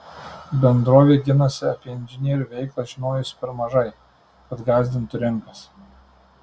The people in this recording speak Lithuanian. bendrovė ginasi apie inžinierių veiklą žinojusi per mažai kad gąsdintų rinkas